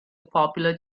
popular